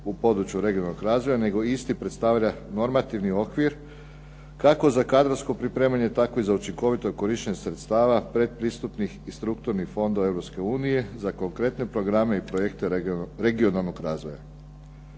u području regionalnog razvoja, nego isti predstavlja normativni okvir kako za kadrovsko pripremanje, tako i za učinkovito korištenje sredstava predpristupnih i strukturnih fondova Europske unije za konkretne programe i projekte regionalnog razvoja.